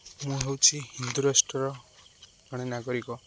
ମୁଁ ହେଉଛି ହିନ୍ଦୁରାଷ୍ଟ୍ରର ଜଣେ ନାଗରିକ